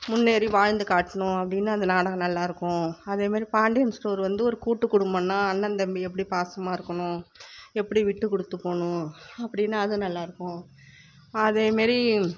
முன்னேறி வாழ்ந்து காட்டணும் அப்படினு அந்த நாடகம் நல்லாயிருக்கும் அது மாதிரி பாண்டியன் ஸ்டோர் வந்து ஒரு கூட்டு குடும்பம்னா அண்ணன் தம்பி எப்படி பாசமாக இருக்கணும் எப்படி விட்டு கொடுத்து போகணும் அப்படினு அது நல்லாயிருக்கும் அது மாதிரி